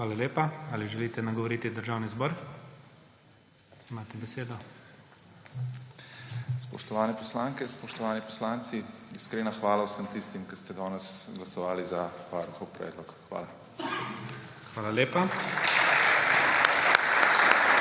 Hvala lepa. Ali želite nagovoriti Državni zbor? Imate besedo. MIHA HORVAT: Spoštovane poslanke, spoštovani poslanci! Iskrena hvala vsem tistim, ki ste danes glasovali za varuhov predlog. Hvala. PREDSEDNIK